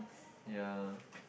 ya